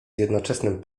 jednoczesnym